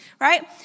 right